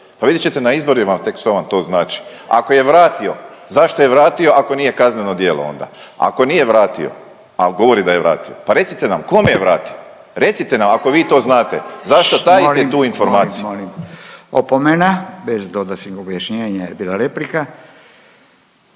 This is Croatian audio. pa vidjet ćete na izborima tek što vam to znači. Ako je vratio, zašto je vratio ako nije kazneno djelo onda? Ako nije vratio, a govori da je vratio pa recite nam koje je vratio? Recite nam ako vi to znate. Zašto tajite … …/Upadica Furio Radin: Molim, molim./… … tu informaciju.